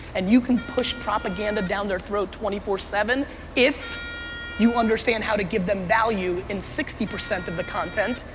and you can push propaganda down their throat twenty four seven if you understand how to give them value in sixty percent of the content,